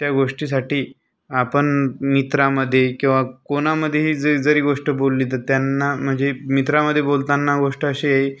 त्या गोष्टीसाठी आपण मित्रामध्ये किंवा कोणामध्येही जर जरी ही गोष्ट बोलली तर त्यांना म्हणजे मित्रामध्ये बोलताना गोष्ट अशी आहे